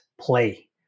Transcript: play